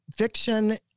Fiction